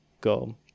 go